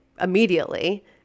immediately